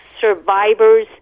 survivors